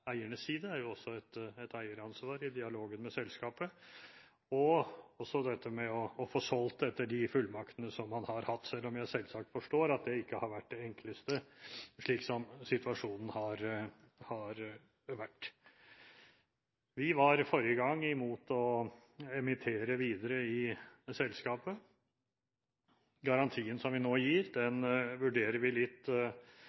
eiernes side – det er jo også et eieransvar i dialogen med selskapet – eller med hensyn til å få solgt etter de fullmakter man har hatt, selv om jeg selvsagt forstår at det ikke har vært det enkleste, slik som situasjonen har vært. Forrige gang var vi imot å emittere videre i selskapet. Garantien som vi nå gir,